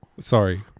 Sorry